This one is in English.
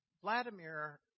Vladimir